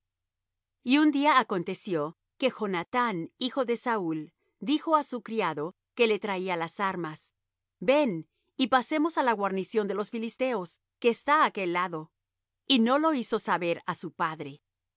y un día aconteció que jonathán hijo de saúl dijo á su criado que le traía las armas ven y pasemos á la guarnición de los filisteos que está á aquel lado y no lo hizo saber á su padre